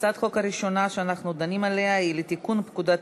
הצעת החוק הראשונה שאנחנו דנים עליה היא לתיקון פקודת